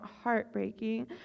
heartbreaking